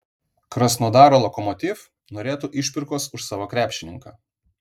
krasnodaro lokomotiv norėtų išpirkos už savo krepšininką